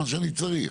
למה שאני צריך.